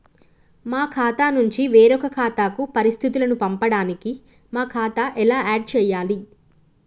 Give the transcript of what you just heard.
మా ఖాతా నుంచి వేరొక ఖాతాకు పరిస్థితులను పంపడానికి మా ఖాతా ఎలా ఆడ్ చేయాలి?